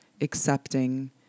accepting